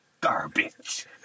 garbage